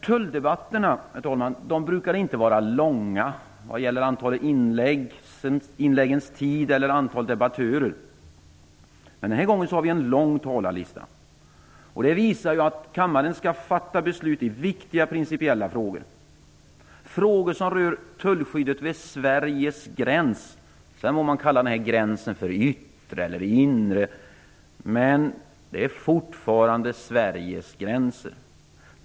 Tulldebatterna brukar inte vara långa vad gäller antalet inlägg, inläggens tid eller antalet debattörer. Men den här gången har vi en lång talarlista. Det visar att kammaren skall fatta beslut i viktiga principiella frågor. Det är frågor som rör tullskyddet vid Sveriges gränser. Man må kalla de gränserna för yttre eller inre, de är fortfarande Sveriges gränser.